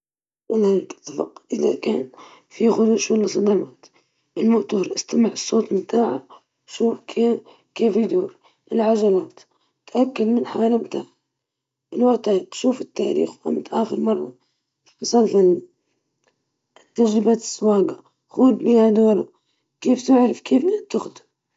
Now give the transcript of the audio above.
تفحص المحرك والفرامل، الإطارات، والهيكل، وتأكد من عدم وجود علامات للتآكل أو الإصلاحات الكبيرة، أيضًا تحقق من السوائل مثل زيت المحرك والمبرد.